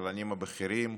כלכלנים בכירים.